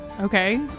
Okay